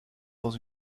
dans